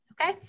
Okay